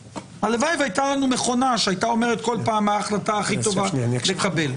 הלוואי והייתה לנו מכונה שהייתה אומרת כל פעם מה ההחלטה הכי טובה לקבל.